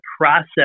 process